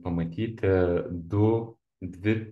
pamatyti du dvi